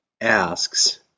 asks